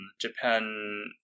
Japan